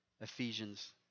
Ephesians